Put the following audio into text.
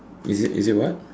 is it is it what